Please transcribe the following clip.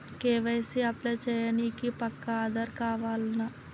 KYC apply చేయనీకి పక్కా ఆధార్ కావాల్నా?